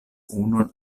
unu